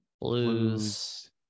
Blues